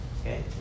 okay